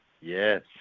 Yes